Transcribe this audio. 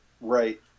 Right